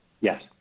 yes